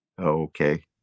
okay